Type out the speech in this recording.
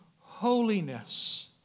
holiness